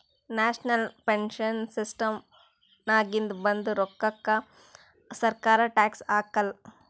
national pension ಸಿಸ್ಟಮ್ನಾಗಿಂದ ಬಂದ್ ರೋಕ್ಕಾಕ ಸರ್ಕಾರ ಟ್ಯಾಕ್ಸ್ ಹಾಕಾಲ್